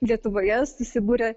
lietuvoje susibūrė